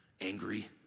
angry